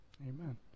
amen